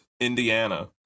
indiana